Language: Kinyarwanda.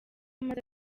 amaze